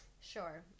Sure